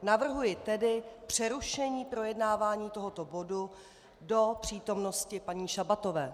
Navrhuji tedy přerušení projednávání tohoto bodu do přítomnosti paní Šabatové.